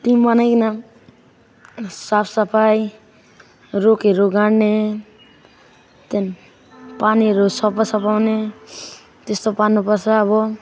team बनाईकन साफ सफाइ रुखहरू गाढ्ने त्यहाँ पानीहरू सफा सफाउने त्यस्तो पार्नु पर्छ अब